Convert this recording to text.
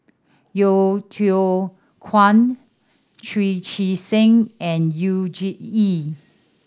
Yeo Yeow Kwang Chu Chee Seng and Yu Zhuye